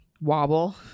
Wobble